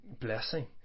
blessing